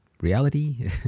reality